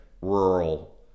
rural